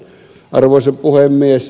arvoisa puhemies